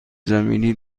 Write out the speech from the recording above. زمینی